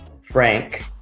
Frank